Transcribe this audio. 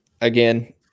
again